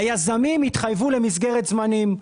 היזמים יתחייבו למסגרת זמנים.